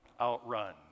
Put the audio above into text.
outrun